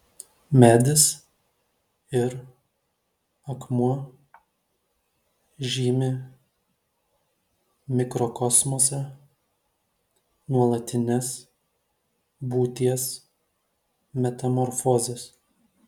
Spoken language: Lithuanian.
medis ir akmuo žymi mikrokosmosą nuolatines būties metamorfozes